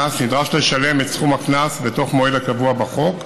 נדרש לשלם את סכום הקנס בתוך מועד הקבוע בחוק,